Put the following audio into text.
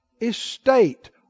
estate